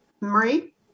Marie